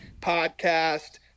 podcast